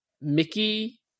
Mickey